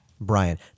Brian